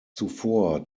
zuvor